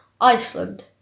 Iceland